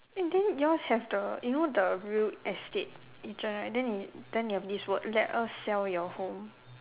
and then yours have the you know the real estate agent and then you then you have this word let us sell your home